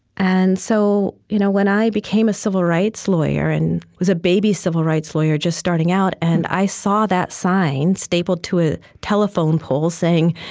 and so you know when i became a civil rights lawyer and was a baby civil rights lawyer, just starting out, and i saw that sign stapled to a telephone pole saying,